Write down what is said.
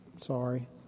Sorry